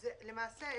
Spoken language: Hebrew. למעשה,